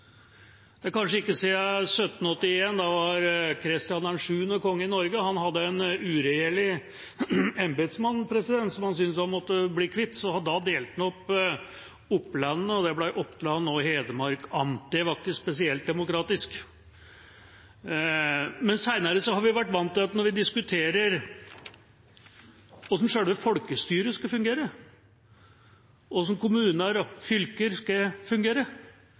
fraværende – kanskje som i 1781, da Christian VII var konge i Norge. Han hadde en uregjerlig embetsmann som han syntes han måtte bli kvitt, så han delte Oplandene, så det ble Christians amt og Hedemarkens amt. Det var ikke spesielt demokratisk. Men senere har vi vært vant til at når vi diskuterer hvordan selve folkestyret skal fungere, hvordan kommuner og fylker skal fungere,